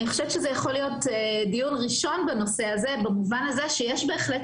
אני חושבת שזה יכול להיות דיון ראשון בנושא הזה במובן הזה שיש בהחלט